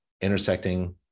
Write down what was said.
intersecting